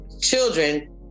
children